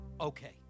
Okay